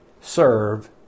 serve